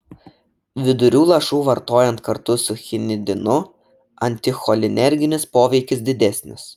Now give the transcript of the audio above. vidurių lašų vartojant kartu su chinidinu anticholinerginis poveikis didesnis